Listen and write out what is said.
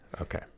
Okay